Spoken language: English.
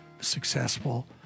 successful